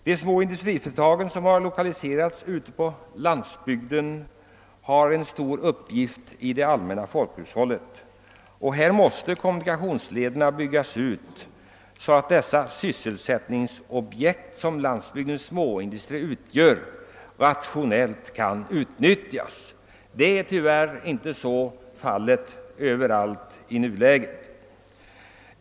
De små industriföretagen som lokaliserats på landsbygden har en stor uppgift i folkhushållet. Kommunikationslederna måste byggas ut så att den sysselsättningsgarant som landsbygdens småindustri utgör kan utnyttjas rationellt. Tyvärr är inte detta fallet överallt i dag.